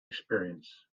experience